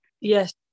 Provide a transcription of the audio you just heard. yes